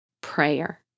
prayer